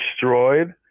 destroyed